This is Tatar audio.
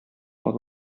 алып